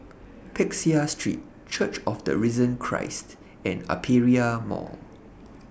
Peck Seah Street Church of The Risen Christ and Aperia Mall